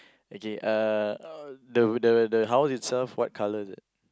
okay uh the the the house itself what colour is it